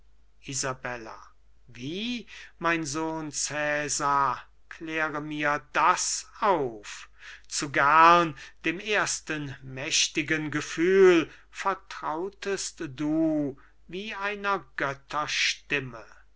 wie mein sohn cesar kläre mir das auf zu gern dem ersten mächtigen gefühl vertrautest du wie einer